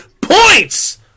points